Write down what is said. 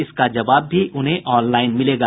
इसका जबाव भी उन्हें ऑनलाईन मिलेगा